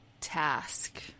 task